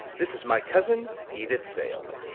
this is my cousin, edyth vale.